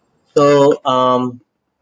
so um